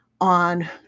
on